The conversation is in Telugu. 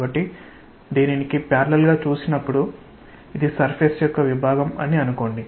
కాబట్టి దీనికి సమాంతరంగా చూసినప్పుడు ఇది సర్ఫేస్ యొక్క విభాగం అని అనుకోండి